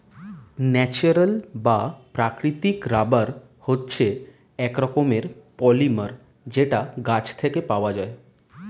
natural বা প্রাকৃতিক rubber হচ্ছে এক রকমের পলিমার যেটা গাছ থেকে পাওয়া যায়